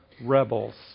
rebels